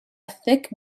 thick